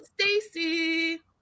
Stacy